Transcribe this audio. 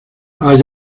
haya